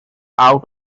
out